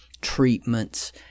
treatments